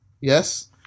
Yes